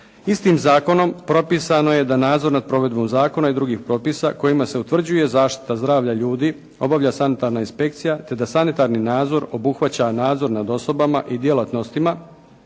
Istim zakonom propisano je da nadzor nad provedbom zakona i drugih propisa kojima se utvrđuje zaštita zdravlja ljudi obavlja sanitarna inspekcija te da sanitarni nadzor obuhvaća nadzor nad osobama i djelatnostima,